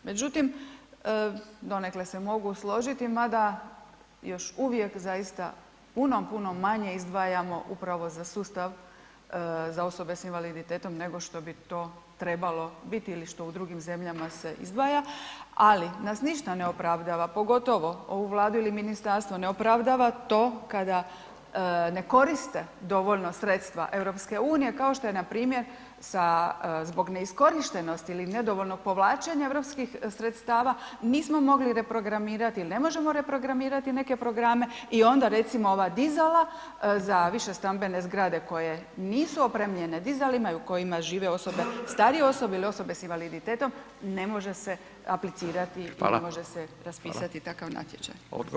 Međutim, donekle se mogu složiti, mada još uvijek zaista puno, puno manje izdvajamo upravo za sustav za osobe s invaliditetom nego što bi to trebalo biti ili što u drugim zemljama se izdvaja, ali nas ništa ne opravdava, pogotovo ovu Vladu ili ministarstvo ne opravdava to kada ne koriste dovoljno sredstva EU, kao što je npr. sa, zbog neiskorištenosti ili nedovoljnog povlačenja europskih sredstava, nismo mogli reprogramirati ili ne možemo reprogramirati neke programe i onda recimo ova dizela za više stambene zgrade koje nisu opremljene dizalima i u kojima žive osobe, starije osobe ili osobe s invaliditetom, ne može se aplicirati [[Upadica: Hvala]] ne može se raspisati [[Upadica: Hvala]] takav natječaj.